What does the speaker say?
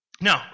No